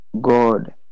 God